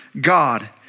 God